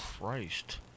Christ